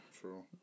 true